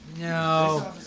No